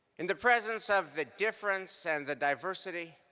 in the presence of the difference and the diversity